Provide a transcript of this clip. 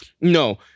No